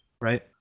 right